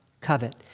covet